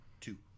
two